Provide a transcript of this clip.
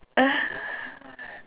uh